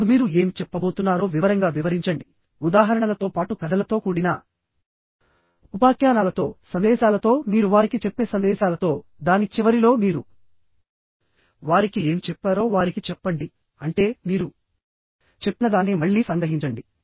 అప్పుడు మీరు ఏమి చెప్పబోతున్నారో వివరంగా వివరించండి ఉదాహరణలతో పాటు కథలతో కూడిన ఉపాఖ్యానాలతో సందేశాలతో మీరు వారికి చెప్పే సందేశాలతో దాని చివరిలో మీరు వారికి ఏమి చెప్పారో వారికి చెప్పండి అంటే మీరు చెప్పినదాన్ని మళ్లీ సంగ్రహించండి